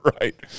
right